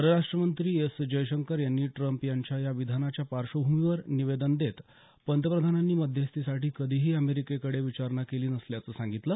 परराष्ट्र मंत्री एस जयशंकर यांनी ट्रम्प यांच्या या विधानाच्या पार्श्वभूमीवर निवेदन देत पंतप्रधानांनी मध्यस्थीसाठी कधीही अमेरिकेकडे विचारणा केली नसल्याचं सांगितलं